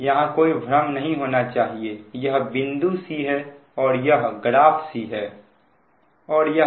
यहां कोई भ्रम नहीं होना चाहिए यह बिंदु c है और यह ग्राफ C है